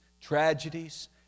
tragedies